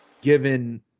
given